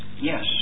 yes